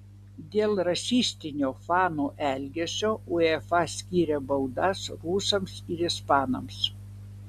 dėl rasistinio fanų elgesio uefa skyrė baudas rusams ir ispanams